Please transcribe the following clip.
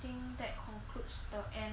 I think that concludes the end